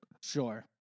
Sure